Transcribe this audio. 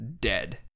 dead